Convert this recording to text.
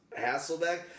Hasselbeck